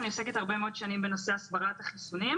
אני עוסקת הרבה מאוד שנים בנושא הסברת החיסונים.